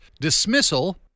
dismissal